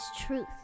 Truth